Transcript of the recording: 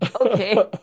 okay